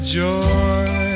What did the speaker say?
joy